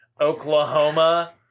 Oklahoma